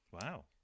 Wow